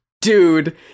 Dude